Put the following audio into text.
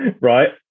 right